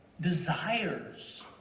desires